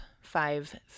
five